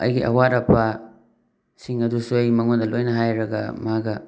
ꯑꯩꯒꯤ ꯑꯋꯥꯠ ꯑꯄꯥ ꯁꯤꯡ ꯑꯗꯨꯁꯨ ꯑꯩ ꯃꯉꯣꯟꯗ ꯂꯣꯏꯅ ꯍꯥꯏꯔꯒ ꯃꯥꯒ